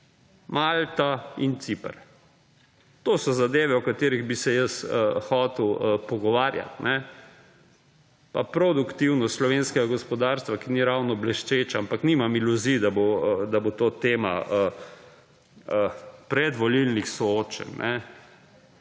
Malta in Ciper. To so zadeve o katerih bi se jaz hotel pogovarjati. Pa produktivno slovenskega gospodarstva, ki ni ravno bleščeč, ampak nimam iluzij, da bo to tema predvolilnih soočenj.